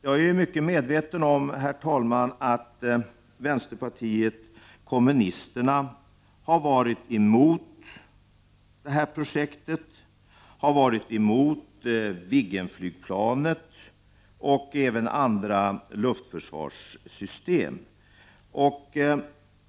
Jag är mycket medveten om, herr talman, att vänsterpartiet kommunisterna har varit emot det här projektet, liksom de har varit emot Viggenflygplanet och även andra luftförsvarssystem.